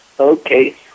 Okay